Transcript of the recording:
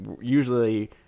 usually